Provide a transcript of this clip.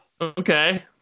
okay